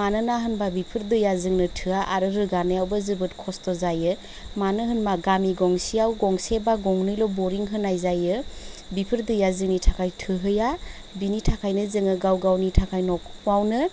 मानोना होनबा बेफोर दैया जोंनो थोआ आरो रोगानायावबो जोबोद खस्थ' जायो मानो होनबा गामि गंसेयाव गंसे बा गंनैल' बरिं होनाय जायो बेफोर दैया जोंनि थाखाय थोहैया बेनि थाखायनो जोङो गाव गावनि थाखाय नखरावनो